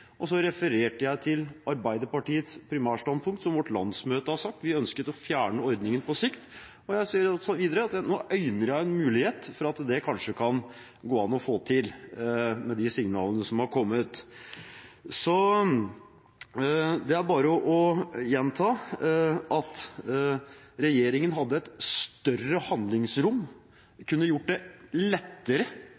ikke. Så refererte jeg til Arbeiderpartiets primærstandpunkt. Som vårt landsmøte har sagt, vi ønsker å fjerne ordningen på sikt, og jeg sier videre at nå øyner jeg en mulighet for at det kanskje kan gå an å få til, med de signalene som er kommet. Så det er bare å gjenta at regjeringen hadde et større handlingsrom, kunne gjort det lettere